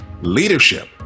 Leadership